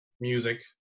music